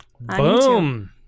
Boom